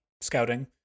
scouting